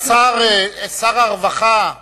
שר הרווחה,